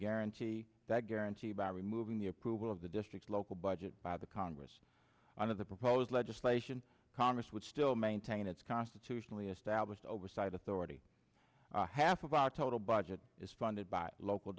guarantee that guarantee by removing the approval of the district's local budget by the congress under the proposed legislation congress would still maintain its constitutionally established oversight authority half of our total budget is funded by local